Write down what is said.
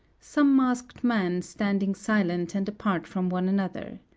some masked men standing silent and apart from one another.